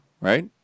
right